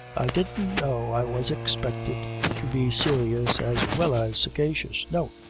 i didn't know i was expected to be serious as well as sagacious. no.